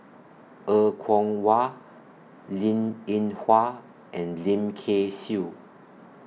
Er Kwong Wah Linn in Hua and Lim Kay Siu